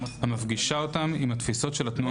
המפגישה אותם עם התפיסות של התנועה,